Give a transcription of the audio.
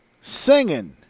singing